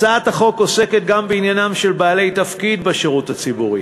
הצעת החוק עוסקת גם בעניינם של בעלי תפקיד בשירות הציבורי